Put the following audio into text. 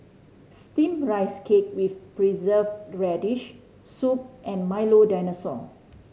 Steamed Rice Cake with Preserved Radish soup and Milo Dinosaur